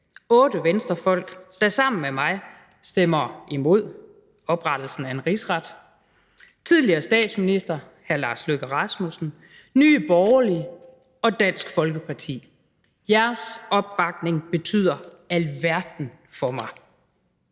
otte venstrefolk, der sammen med mig stemmer imod oprettelsen af en rigsret, tidligere statsminister, hr. Lars Løkke Rasmussen, Nye Borgerlige og Dansk Folkeparti. Jeres opbakning betyder alverden for mig.